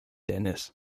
dennis